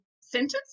sentence